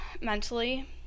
mentally